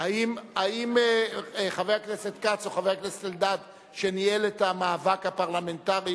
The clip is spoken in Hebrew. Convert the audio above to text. האם חבר הכנסת כץ או חבר הכנסת אלדד שניהל את המאבק הפרלמנטרי,